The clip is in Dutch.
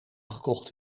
gekocht